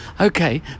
okay